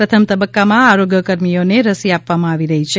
પ્રથમ તબબકમાં આરોગ્યકર્મીયોને રસી આપવામાં આવી રહી છે